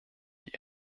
die